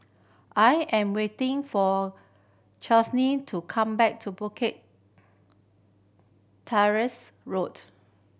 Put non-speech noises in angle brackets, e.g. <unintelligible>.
I am waiting for <unintelligible> to come back to Bukit Teresa Road